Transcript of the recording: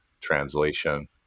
translation